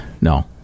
no